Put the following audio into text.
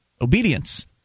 obedience